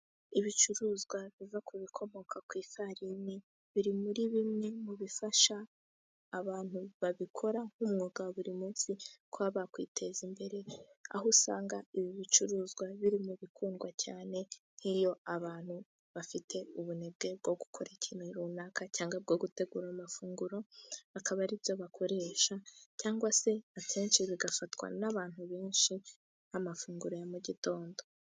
Ibicuruzwa biva ku bikomoka ku ifarini biri muri bimwe mu bifasha abantu babikora nk'umwuga buri munsi kuba bakwiteza imbere, aho usanga ibi bicuruzwa biri mu bikundwa cyane nk'iyo abantu bafite ubunebwe bwo gukora ikintu runaka cyangwa bwo gutegura amafunguro akaba aribyo bakoresha cyangwa se akenshi bigafatwa n'abantu benshi amafunguro ya mu gitondo.